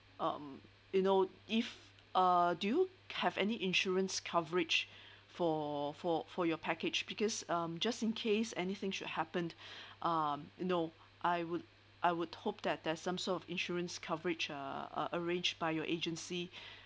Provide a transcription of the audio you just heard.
um you know if uh do you have any insurance coverage for for for your package because um just in case anything should happened um know I would I would hope that there's some sort of insurance coverage are are arranged by your agency